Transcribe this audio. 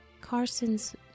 Carson's